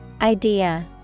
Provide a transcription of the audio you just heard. Idea